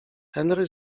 henry